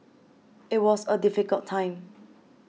it was a difficult time